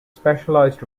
specialized